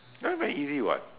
that one very easy [what]